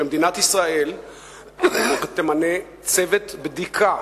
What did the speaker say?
שמדינת ישראל תמנה צוות בדיקה